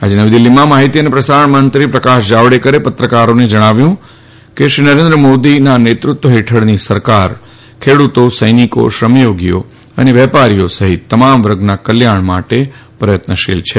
આજે નવી દિલ્હીમાં માહીતી અને પ્રસારણ મંત્રી પ્રકાશ જાવડેકરે પત્રકારોને જણાવ્યું કે શ્રી નરેન્દ્ર મોદીના નેતૃત્વ હેઠળની સરકાર ખેડૂતો સૈનિકો શ્રમયોગીઓ અને વેપારીઓ સહિત તમામ વર્ગના કલ્યાણ માટે પ્રયત્નશીલ છે